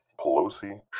Pelosi